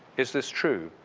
is this true?